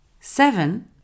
Seven